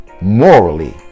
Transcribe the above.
Morally